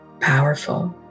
powerful